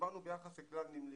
דיברנו ביחס לכלל נמלי.